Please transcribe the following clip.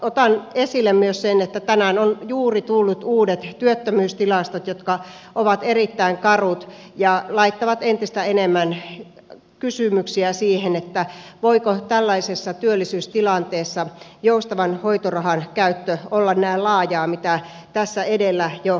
otan esille myös sen että tänään ovat juuri tulleet uudet työttömyystilastot jotka ovat erittäin karut ja laittavat entistä enemmän kysymyksiä siihen voiko tällaisessa työllisyystilanteessa joustavan hoitorahan käyttö olla näin laajaa mitä tässä edellä jo kerroin